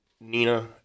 Nina